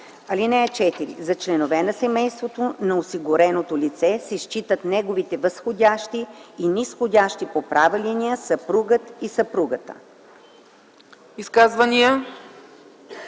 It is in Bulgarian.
„(4) За членове на семейството на осигуреното лице се считат неговите възходящи и низходящи по права линия, съпругът и съпругата.”